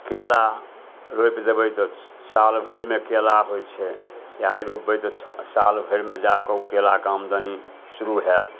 केला रोपि देबै तऽ सालभरिमे केला होइ छै आइ रोपबै तऽ छओ साल भरिमे जाकऽ ओ केलाके आमदनी शुरू हैत